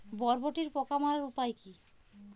বরবটির পোকা মারার উপায় কি?